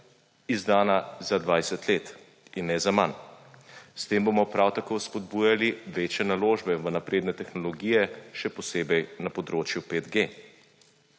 izdana za 20 let in ne za manj. S tem bomo prav tako spodbujali večje naložbe v napredne tehnologije, še posebej na področju 5G.